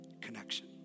connection